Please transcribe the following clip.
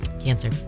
Cancer